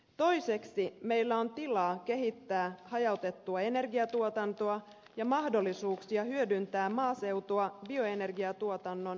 toiseksi meillä on tilaa kehittää hajautettua energiantuotantoa ja mahdollisuuksia hyödyntää maaseutua bioenergiatuotannon resurssina